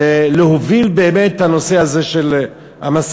להוביל באמת את הנושא הזה של המשא-ומתן.